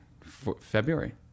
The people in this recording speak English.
February